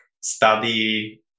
study